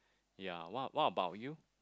ya what what about you